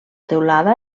teulada